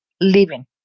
living